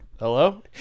Hello